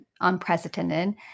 unprecedented